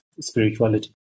spirituality